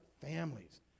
families